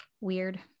weird